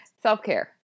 self-care